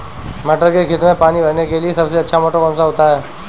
मटर के खेत में पानी भरने के लिए सबसे अच्छा मोटर कौन सा है?